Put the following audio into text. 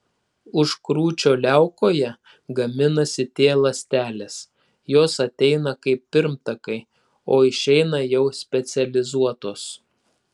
užkrūčio liaukoje gaminasi t ląstelės jos ateina kaip pirmtakai o išeina jau specializuotos